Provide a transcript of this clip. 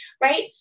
right